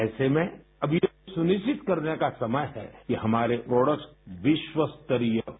ऐसे में अब यह सुनिश्चित करने का समय है कि हमारे प्रोडक्ट्स विश्वस्तरीय हों